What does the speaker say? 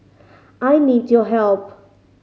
I need your help